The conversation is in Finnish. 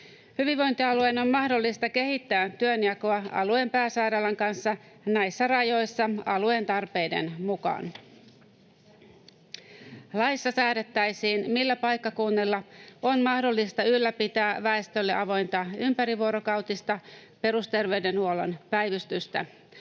Hyvinvointialueen on mahdollista kehittää työnjakoa alueen pääsairaalan kanssa näissä rajoissa alueen tarpeiden mukaan. Laissa säädettäisiin, millä paikkakunnilla on mahdollista ylläpitää väestölle avointa ympärivuorokautista perusterveydenhuollon päivystystä.